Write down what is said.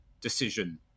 decision